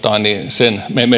se